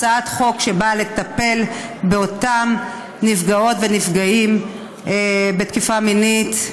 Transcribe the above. הצעת חוק שנועדה לטפל בנפגעות ונפגעים בתקיפה מינית.